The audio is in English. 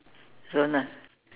so now